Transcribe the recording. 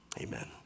Amen